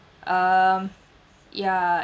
um ya